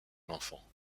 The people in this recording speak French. l’enfant